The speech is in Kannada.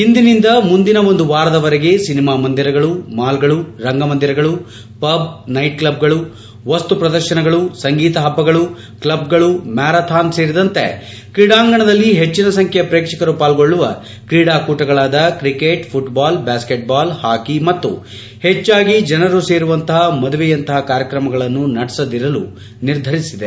ಇಂದಿನಿಂದ ಮುಂದಿನ ಒಂದು ವಾರದವರೆಗೆ ಸಿನಿಮಾ ಮಂದಿರಗಳು ಮಾಲ್ಗಳು ರಂಗಮಂದಿರಗಳು ಪಬ್ ನೈಟ್ ಕ್ಲಬ್ಗಳು ವಸ್ತು ಪ್ರದರ್ಶನಗಳು ಸಂಗೀತ ಹಬ್ಬಗಳು ಕ್ಲಬ್ಗಳು ಮ್ಯಾರಾಥಾನ್ ಸೇರಿದಂತೆ ತ್ರೀಡಾಂಗಣದಲ್ಲಿ ಹೆಚ್ಚಿನ ಸಂಖ್ಯೆಯ ಶ್ರೇಕ್ಷಕರು ಪಾಲ್ಗೊಳುವ ಕ್ರೀಡಾ ಕೂಟಗಳಾದ cricket football basketball hockey ಮತ್ತು ಹೆಚ್ಚಾಗಿ ಜನರು ಸೇರುವಂತಪ ಮದುವೆಯಂತಪ ಕಾರ್ಯಕಮಗಳನ್ನು ನಡೆಸದಿರಲು ನಿರ್ಧರಿಸಿದೆ